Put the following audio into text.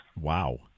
Wow